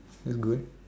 good